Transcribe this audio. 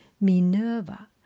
Minerva